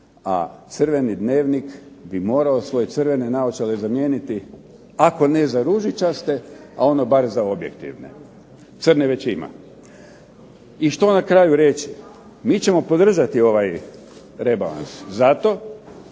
a crveni dnevnik bi morao svoje crvene naočale zamijeniti ako ne za ružičaste, a ono bar za objektivne. Crne već ima. I što na kraju reći. Mi ćemo podržati ovaj rebalans, zato